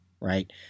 right